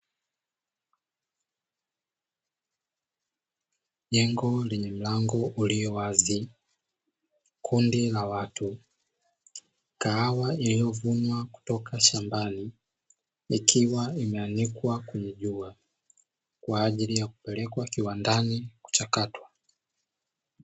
Jengo lenye mlango ulio wazi, kundi la watu, kahawa iliyovunwa kutoka shambani ikiwa imeanikwa kwenye jua kwa ajili ya kupelekwa kiwandani kuchakatwa.